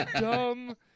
dumb